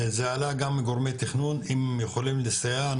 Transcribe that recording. זה עלה גם מגורמי תכנון אם הם יכולים לסייע,